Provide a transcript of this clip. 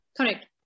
Correct